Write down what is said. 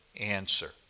answer